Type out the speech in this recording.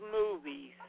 movies